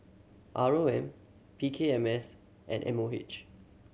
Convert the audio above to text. R O M P K M S and M O H